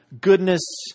goodness